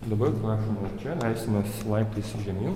dabar prašom jus čia leisimės laiptais žemyn